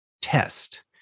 test